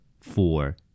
four